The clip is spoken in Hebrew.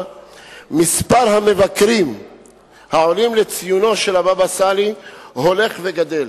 מספר המבקרים העולים לציונו של הבבא סאלי הולך וגדל.